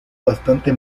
bastante